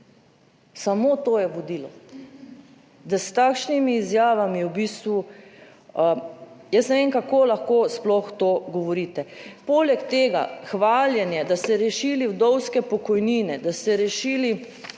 Samo to je vodilo, da s takšnimi izjavami v bistvu jaz ne vem, kako lahko sploh to govorite. Poleg tega hvaljenje, da ste rešili vdovske pokojnine, da ste rešili,